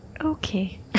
Okay